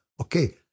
okay